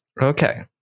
Okay